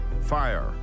Fire